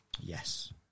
yes